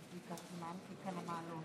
אני, קארין אלהרר, בת מרדכי וקולט,